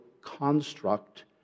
construct